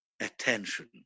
attention